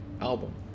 album